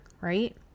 right